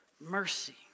Mercy